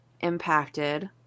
impacted